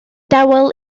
dawel